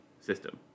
system